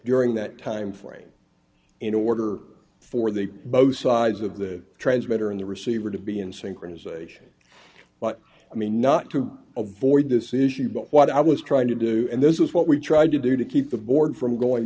during that time frame in order d for the both sides of the transmitter and the receiver to be in synchronization but i mean not to avoid this issue but what i was trying to do and this is what we tried to do to keep the board from going